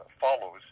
follows